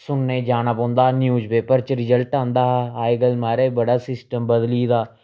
सुनने गी जाना पौंदा हा न्यूज़पेपर बिच्च रिजल्ट आंदा हा अज्जकल महाराज बड़ा सिस्टम बदली गेदा